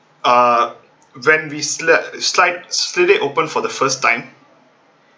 uh when we slept slide slid it open for the first time